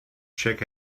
check